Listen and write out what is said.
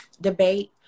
debate